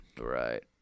Right